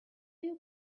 you